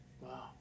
Wow